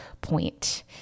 point